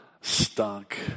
stunk